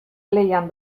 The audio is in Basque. lehian